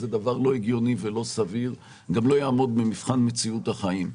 זה דבר לא הגיוני ולא סביר וגם לא יעמוד במבחן מציאות החיים.